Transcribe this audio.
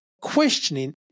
questioning